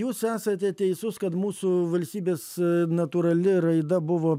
jūs esate teisus kad mūsų valstybės natūrali raida buvo